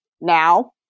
Now